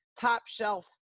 top-shelf